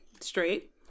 straight